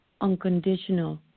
unconditional